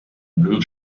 blue